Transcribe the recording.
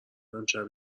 امشب